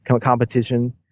competition